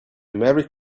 merry